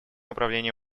управление